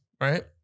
right